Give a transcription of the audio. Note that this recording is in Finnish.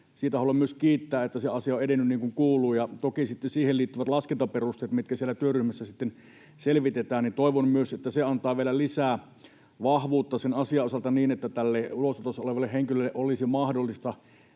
siitä haluan myös kiittää, että se asia on edennyt niin kuin kuuluu, ja toki sitten siihen liittyvät laskentaperusteet, mitkä siellä työryhmässä sitten selvitetään. Toivon myös, että se antaa vielä lisää vahvuutta sen asian osalta niin, että tälle ulosotossa olevalle henkilölle olisi mahdollista